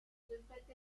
devraient